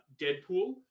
Deadpool